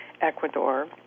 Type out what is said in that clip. Ecuador